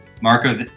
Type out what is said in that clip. Marco